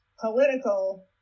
political